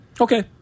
Okay